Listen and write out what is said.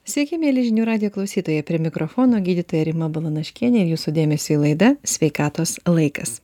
sveiki mieli žinių radijo klausytojai prie mikrofono gydytoja rima balanaškienė jūsų dėmesiui laida sveikatos laikas